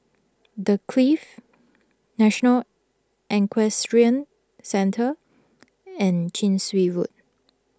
the Clift National Equestrian Centre and Chin Swee Road